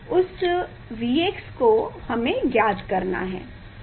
उस Vx को हमें ज्ञात करना है